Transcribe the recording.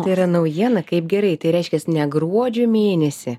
tai yra naujiena kaip gerai tai reiškiasi ne gruodžio mėnesį